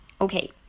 Okay